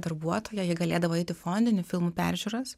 darbuotoja ji galėdavo eit į fondinių filmų peržiūras